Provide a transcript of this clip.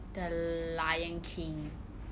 the lion king